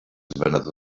venedor